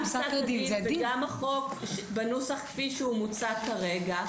גם פסק הדין וגם החוק בנוסח כפי שהוא מוצע כרגע,